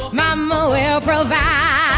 mama um will and provide.